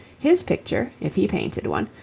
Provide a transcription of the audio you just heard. his picture, if he painted one,